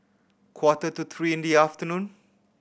quarter to three in the afternoon